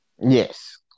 Yes